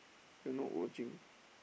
you are not watching